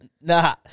Nah